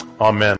Amen